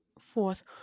fourth